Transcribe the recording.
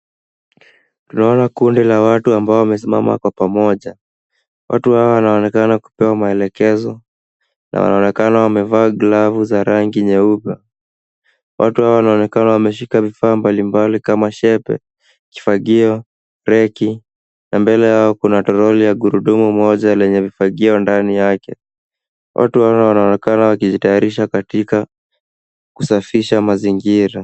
Tunaona kundi la watu ambao wamesimama kwa pamoja. Watu hawa wanaonekana kupewa maelekezo na wanaonekana wamevaa glavu za rangi nyeupe. Watu Hawa wanaonekana wameshika vifaa mbalimbali kama shepe, kifagio, reki na mbele yao kuna toroli ya gurudumu moja lenye vifagio ndani yake. Watu hawa wanaonekana wakijitayarisha katika kusafisha mazingira.